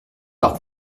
par